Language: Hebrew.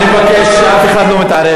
אני מבקש, אף אחד לא מתערב.